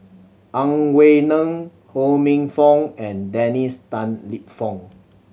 Ang Wei Neng Ho Minfong and Dennis Tan Lip Fong